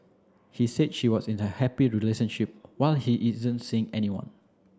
he said she was in a happy relationship while he isn't seeing anyone